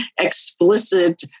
explicit